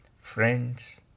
friends